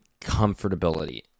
comfortability